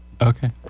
Okay